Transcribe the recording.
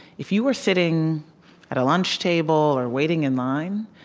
if you were sitting at a lunch table or waiting in line,